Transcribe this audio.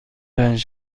پنج